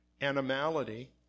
animality